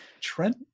Trent